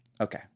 Okay